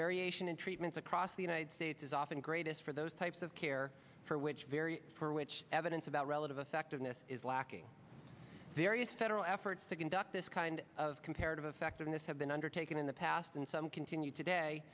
variation in treatments across the united states is often greatest for those types of care for which very for which evidence about relative effect of this is lacking various federal efforts to conduct this kind of comparative effectiveness have been undertaken in the past and some continue today